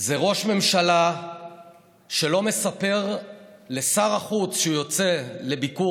זה ראש ממשלה שלא מספר לשר החוץ שהוא יוצא לביקור